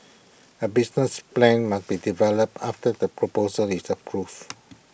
A business plan must be developed after the proposal is approved